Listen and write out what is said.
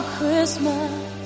Christmas